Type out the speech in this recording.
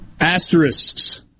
asterisks